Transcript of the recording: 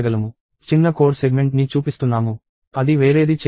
చిన్న కోడ్ సెగ్మెంట్ని చూపిస్తున్నాము అది వేరేది చేస్తుంది